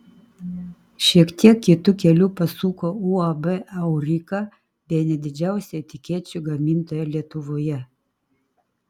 šiek tiek kitu keliu pasuko uab aurika bene didžiausia etikečių gamintoja lietuvoje